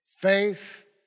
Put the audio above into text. Faith